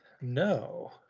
No